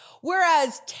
Whereas